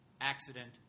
accident